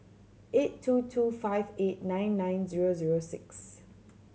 eight two two five eight nine nine zero zero six